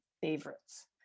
favorites